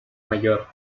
mayor